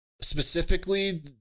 Specifically